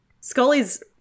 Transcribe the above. Scully's